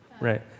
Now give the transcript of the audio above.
Right